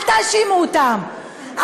אל תאשימו אותם,